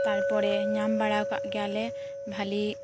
ᱛᱟᱨᱯᱚᱨᱮ ᱧᱟᱢ ᱵᱟᱲᱟ ᱟᱠᱟᱫ ᱜᱮᱭᱟᱞᱮ ᱵᱷᱟᱹᱞᱤ